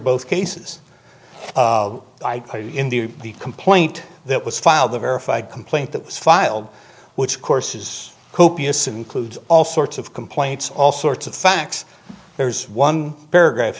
both cases i played in the complaint that was filed the verified complaint that was filed which of course is copious includes all sorts of complaints all sorts of facts there's one paragraph